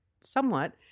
somewhat